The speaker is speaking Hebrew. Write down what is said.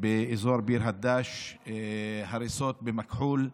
באזור ביר הדאג'; הריסות במַכְּחוּל,